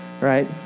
right